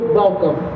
welcome